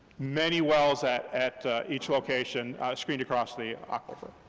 many wells at at each location, screened across the aquifer.